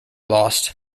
lost